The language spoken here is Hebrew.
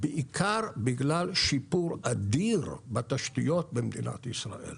בעיקר בגלל שיפור אדיר בתשתיות במדינת ישראל.